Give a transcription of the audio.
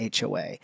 HOA